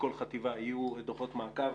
בכל חטיבה יהיו דוחות מעקב.